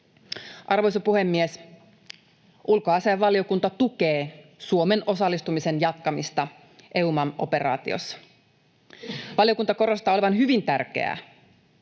Arvoisa puhemies! Ulkoasiainvaliokunta tukee Suomen osallistumisen jatkamista EUMAM-operaatiossa. Valiokunta korostaa olevan hyvin tärkeää,